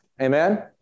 Amen